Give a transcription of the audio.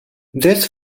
this